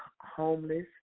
homeless